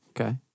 Okay